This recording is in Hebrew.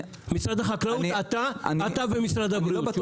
משרד החקלאות, אתה ומשרד הבריאות.